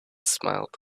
smiled